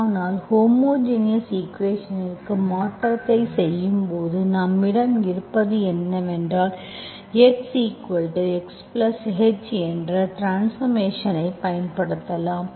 ஆனால் ஹோமோஜினியஸ் ஈக்குவேஷன்ற்கு மாற்றத்தை செய்யும்போதுநம்மிடம் இருப்பது என்னவென்றால் xXh என்ற ட்ரான்ஸ்பார்மேஷன்ஐ பயன்படுத்தலாம்